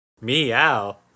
Meow